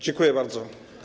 Dziękuję bardzo.